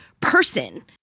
person